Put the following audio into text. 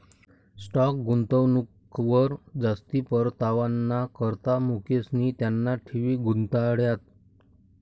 stock गुंतवणूकवर जास्ती परतावाना करता मुकेशनी त्याना ठेवी गुताड्यात